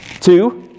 two